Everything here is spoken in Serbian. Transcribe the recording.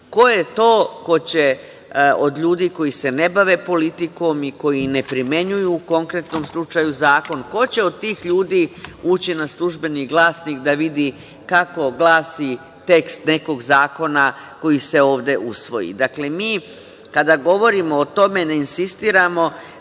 Ko je to ko će od ljudi koji se ne bave politikom i koji ne primenjuju u konkretnom slučaju zakon, ko će od tih ljudi ući na "Službeni glasnik" da vidi kako glasi tekst nekog zakona koji se ovde usvoji. Mi kada govorimo o tome ne insistiramo